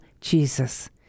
Jesus